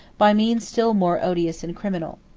by means still more odious and criminal.